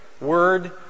word